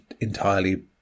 entirely